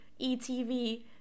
ETV